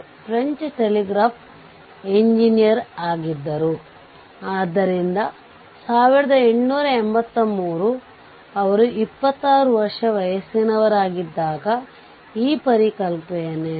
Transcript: Thevenin ಪಡೆಯಲು ಆದ್ದರಿಂದ ಈ ವಿಷಯವನ್ನು ಚಿತ್ರದಲ್ಲಿ ತೋರಿಸಿರುವ ಸರ್ಕ್ಯೂಟ್ನ Voc ಗಾಗಿ ಪರಿಹರಿಸಬೇಕು